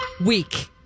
Week